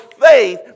faith